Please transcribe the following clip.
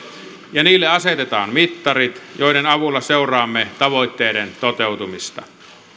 ja niille asetetaan mittarit joiden avulla seuraamme tavoitteiden toteutumista